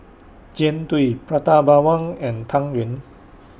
Jian Dui Prata Bawang and Tang Yuen